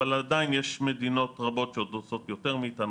אבל עדיין יש מדינות רבות שעוד עושות יותר מאיתנו.